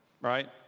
right